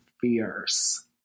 fierce